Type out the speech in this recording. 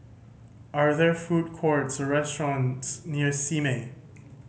are there food courts or restaurants near Simei